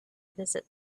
visit